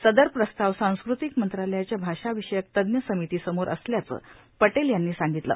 सदर प्रस्ताव सांस्कृतिक मंत्रालयाच्या भाषा विषयक तज्ज्ञ समिती समोर असल्याचे पटेल यांनी सांगितले